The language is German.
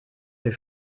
für